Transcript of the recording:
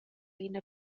ina